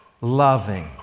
loving